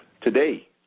today